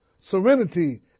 serenity